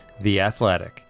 theathletic